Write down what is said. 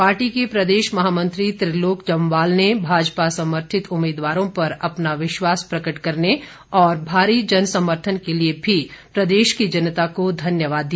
party के प्रदेश महामंत्री त्रिलोक जमवाल ने भाजपा समर्थित उम्मीदवारों पर अपना विश्वास प्रकट करने और भारी जन समर्थन के लिए भी प्रदेश की जनता को धन्यवाद दिया